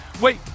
wait